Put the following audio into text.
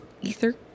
Ether